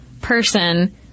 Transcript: person